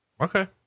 Okay